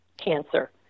cancer